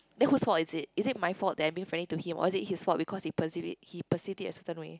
then who's fault is it is it fault that I'm being friendly to him or is it his fault because he perceived he perceived it in a certain way